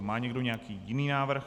Má někdo nějaký jiný návrh?